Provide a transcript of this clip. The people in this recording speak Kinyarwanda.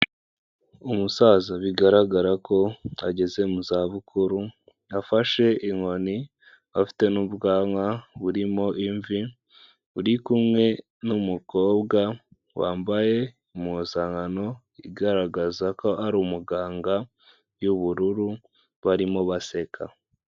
Umusaza bigaragara ko ageze mu za bukuru afashe inkoni afite n'ubwanwa burimo imvi buri kumwe n'umukobwa wambaye impuzankano igaragaza ko ari umuganga y'ubururu barimo baseka.